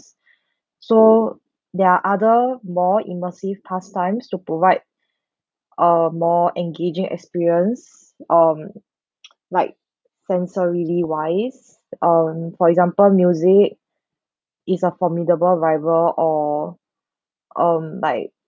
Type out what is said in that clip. so there are other more immersive pastimes to provide a more engaging experience um like sensory wise um for example music is a formidable rival or um like